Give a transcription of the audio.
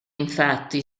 infatti